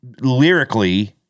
lyrically